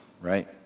Right